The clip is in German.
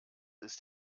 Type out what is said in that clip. ist